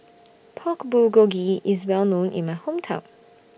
Pork Bulgogi IS Well known in My Hometown